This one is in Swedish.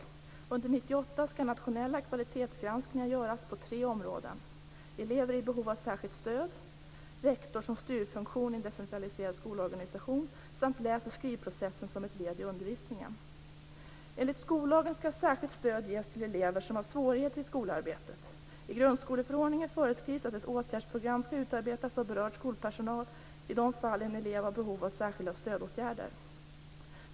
Under 1998 skall nationella kvalitetsgranskningar göras på tre områden: elever i behov av särskilt stöd, rektor som styrfunktion i en decentraliserad skolorganisation samt läs och skrivprocessen som ett led i undervisningen. Enligt skollagen skall särskilt stöd ges till elever som har svårigheter i skolarbetet. I grundskoleförordningen föreskrivs att ett åtgärdsprogram skall utarbetas av berörd skolpersonal i de fall en elev har behov av särskilda stödåtgärder.